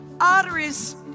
arteries